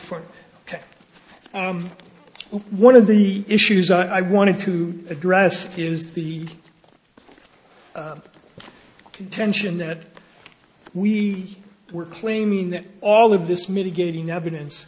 from one of the issues i wanted to address is the contention that we were claiming that all of this mitigating evidence